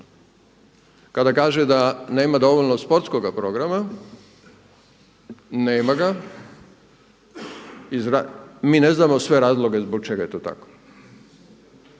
Kada kaže da nema dovoljno sportskoga programa nema ga, mi ne znamo sve razloge zbog čega je to tako.